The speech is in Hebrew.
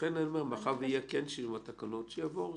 לכן מאחר שיהיה שינוי בתקנות שיובאו